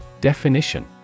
Definition